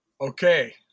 Okay